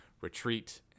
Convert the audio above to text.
retreat